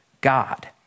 God